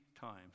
times